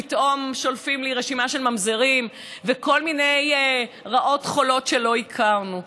פתאום שולפים לי רשימה של ממזרים וכל מיני רעות חולות שלא הכרנו.